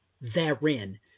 therein